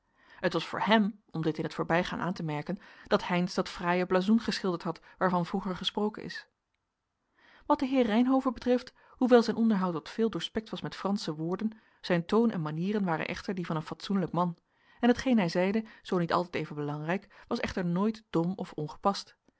het was voor hem om dit in t voorbijgaan aan te merken dat heynsz dat fraaie blazoen geschilderd had waarvan vroeger gesproken is wat den heer reynhove betreft hoewel zijn onderhoud wat veel doorspekt was met fransche woorden zijn toon en manieren waren echter die van een fatsoenlijk man en hetgeen hij zeide zoo niet altijd even belangrijk was echter nooit dom of ongepast